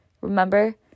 Remember